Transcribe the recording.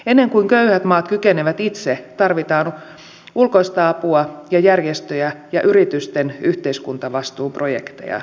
ennen kuin köyhät maat kykenevät itse tarvitaan ulkoista apua ja järjestöjä ja yritysten yhteiskuntavastuuprojekteja